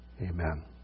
Amen